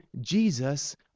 Jesus